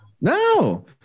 No